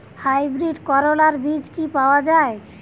Hybrid করলার বীজ কি পাওয়া যায়?